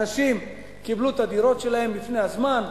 אנשים קיבלו את הדירות שלהם לפני הזמן,